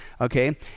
okay